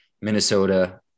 Minnesota